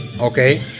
Okay